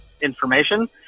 information